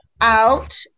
out